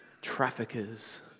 traffickers